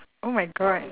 oh my god